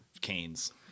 canes